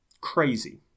crazy